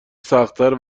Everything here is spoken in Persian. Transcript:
سختتر